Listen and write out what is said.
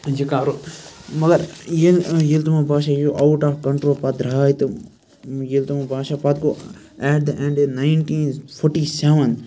یہِ کَرُن مَگَر ییٚلہِ ییٚلہِ تِمَن باسیو یہِ آوُٹ آف کَنٹرول پَتہٕ درٛاے تہٕ ییٚلہِ تِمَن باسیو پَتہٕ گوٚو at the end of nineties forty seven